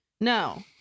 No